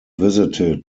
visited